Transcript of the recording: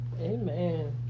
Amen